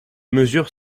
mesures